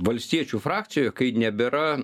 valstiečių frakcijoje kai nebėra